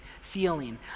feeling